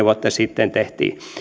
vuotta sitten tehtiin